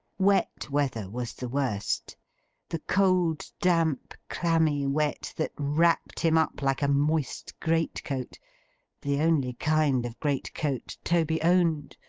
wet weather was the worst the cold, damp, clammy wet, that wrapped him up like a moist great-coat the only kind of great-coat toby owned,